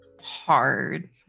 hard